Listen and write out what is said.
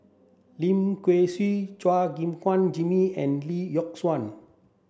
Lim Kay Siu Chua Gim Guan Jimmy and Lee Yock Suan